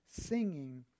singing